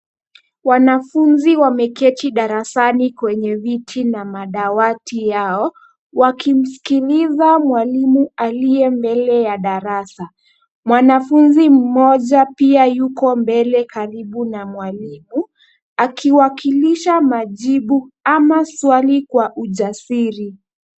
Wanafunzi wameketi darasani kwenye viti na madawati yao wakimsikiliza mwalimu aliye mbele ya darasa. Mwanafunzi mmoja pia yuko mbele karibu na mwalimu akiwakilisha majibu au swali kwa ujasiri.